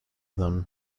them